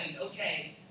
okay